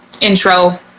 intro